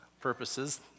purposes